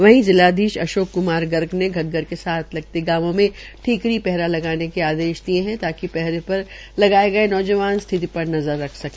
वहीं जिलाधीश अशोक क्मार गर्ग ने धग्गर के साथ लगते गांवों मे ठीकरा पहरा लगाने के आदेश भी दिये है ताकि पहरे पर लगाये गये नौजवान स्थिति पर नज़र रख सके